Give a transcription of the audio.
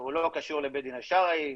והוא לא קשור לבית הדין השרעי.